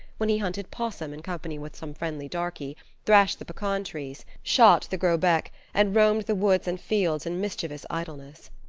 when he hunted possum in company with some friendly darky thrashed the pecan trees, shot the grosbec, and roamed the woods and fields in mischievous idleness.